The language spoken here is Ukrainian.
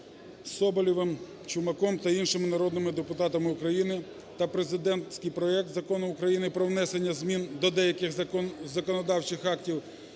Соболєвим, Чумаком та іншими народними депутатами України, та президентський проект Закону України про внесення змін до деяких законодавчих актів